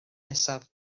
nesaf